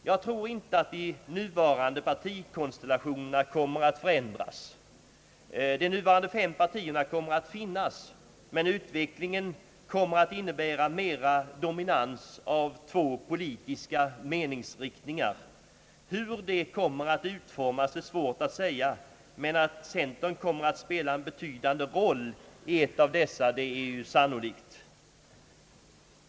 Jag tror inte att de nuvarande partikonstellationerna kommer att förändras. De nuvarande fem partierna kommer att finnas, men utvecklingen kommer att innebära mera dominans av två politiska meningsriktningar. Hur de kommer att utformas är svårt att säga, men att centern kommer att spela en betydande roll i en av dessa är sannolikt.